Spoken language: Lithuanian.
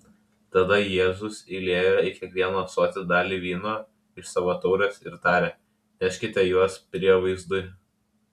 tada jėzus įliejo į kiekvieną ąsotį dalį vyno iš savo taurės ir tarė neškite juos prievaizdui